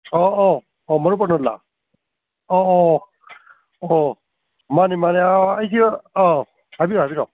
ꯑꯥꯎ ꯑꯥꯎ ꯑꯥꯎ ꯃꯔꯨꯞ ꯑꯅꯟꯂꯥ ꯑꯥꯎ ꯑꯥꯎ ꯑꯣ ꯃꯥꯅꯤ ꯃꯥꯅꯤ ꯑꯥ ꯑꯩꯁꯤ ꯑꯥꯎ ꯍꯥꯏꯕꯤꯔꯣ ꯍꯥꯏꯕꯤꯔꯣ